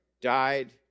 died